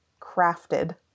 crafted